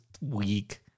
weak